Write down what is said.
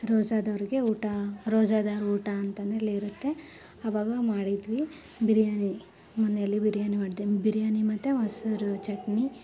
ರೋಝದವ್ರಿಗೆ ಊಟ ರೋಝದೋರ ಊಟ ಅಂತಲೇ ಅಲ್ಲಿರುತ್ತೆ ಅವಾಗ ಮಾಡಿದ್ವಿ ಬಿರಿಯಾನಿ ಮನೆಯಲ್ಲಿ ಬಿರಿಯಾನಿ ಮಾಡಿದೆ ಬಿರಿಯಾನಿ ಮತ್ತು ಮೊಸರು ಚಟ್ನಿ